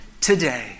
Today